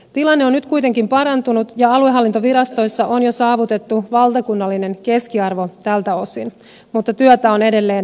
tilanne on nyt kuitenkin parantunut ja aluehallintovirastoissa on jo saavutettu valtakunnallinen keskiarvo tältä osin mutta työtä on edelleen tehtävänä